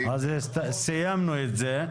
4,